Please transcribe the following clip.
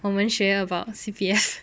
我们 share about C_P_F